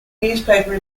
newspaper